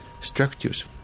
structures